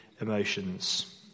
emotions